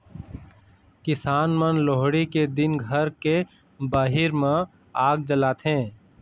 किसान मन लोहड़ी के दिन घर के बाहिर म आग जलाथे